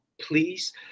please